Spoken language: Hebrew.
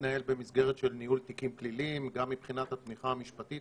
במסגרת של ניהול תיקים פליליים גם מבחינת התמיכה המשפטית